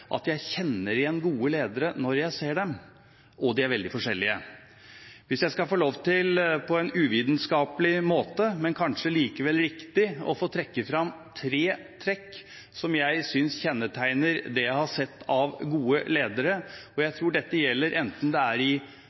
Jeg kjenner igjen gode ledere når jeg ser dem, og de er veldig forskjellige. Hvis jeg på en uvitenskapelig måte, men kanskje likevel riktig, kan få lov til å trekke fram noen som jeg synes kjennetegner det jeg har sett av gode ledere – og jeg tror dette gjelder enten det er i